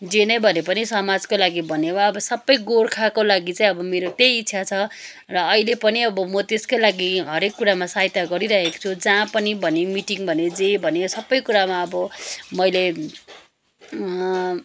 जे नै भनेपनि समाजकै लागि भनेपनि अब सबै गोर्खाको लागि चाहिँ अब मेरो त्यही इच्छा छ र अहिले पनि अब म त्यसकै लागि हरेक कुरामा सहायता गरिरहेको छु जहाँ पनि मिटिङ भयो जे भन्यो यो सबै कुरामा अब मैले